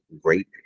great